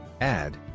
add